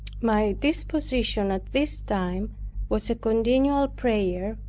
my disposition at this time was a continual prayer,